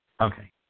Okay